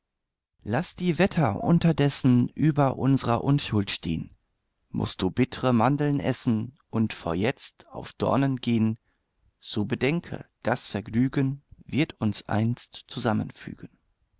laß die wetter unterdessen über unsrer unschuld stehn mußt du bittre mandeln essen und vor jetzt auf dornen gehn so bedenke das vergnügen wird uns einst zusammenfügen